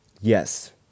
Yes